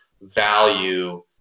value